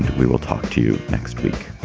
we will talk to you next week